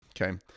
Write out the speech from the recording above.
Okay